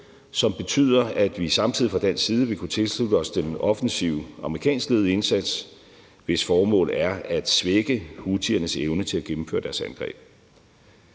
som betyder, at vi samtidig fra dansk side vil kunne tilslutte os den offensive amerikanskledede indsats, hvis formål er at svække houthiernes evne til at gennemføre deres angreb.